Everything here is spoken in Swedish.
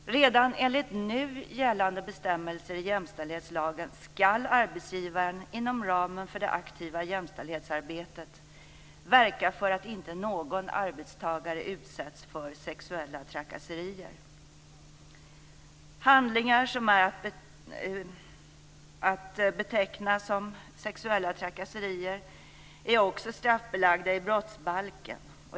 Redan enligt nu gällande bestämmelser i jämställdhetslagen skall arbetsgivaren, inom ramen för det aktiva jämställdhetsarbetet, verka för att inte någon arbetstagare utsätts för sexuella trakasserier. Handlingar som är att beteckna som sexuella trakasserier är också straffbelagda i brottsbalken.